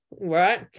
Right